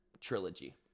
trilogy